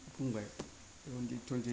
बुंबाय twenty twenty